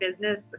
business